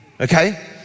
okay